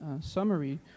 summary